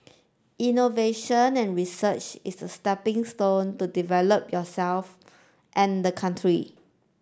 innovation and research is a stepping stone to developing yourself and the country